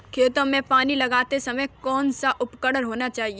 खेतों में पानी लगाते समय कौन सा उपकरण होना चाहिए?